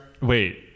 Wait